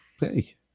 hey